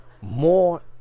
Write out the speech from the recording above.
more